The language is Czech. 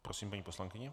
Prosím, paní poslankyně.